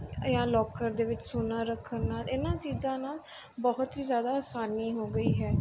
ਜਾਂ ਲੋਕਰ ਦੇ ਵਿੱਚ ਸੋਨਾ ਰੱਖਣ ਨਾਲ ਇਹਨਾਂ ਚੀਜ਼ਾਂ ਨਾਲ ਬਹੁਤ ਹੀ ਜ਼ਿਆਦਾ ਆਸਾਨੀ ਹੋ ਗਈ ਹੈ